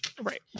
Right